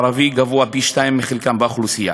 הערבי גבוה פי-שניים מחלקם באוכלוסייה.